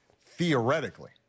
theoretically